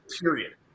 period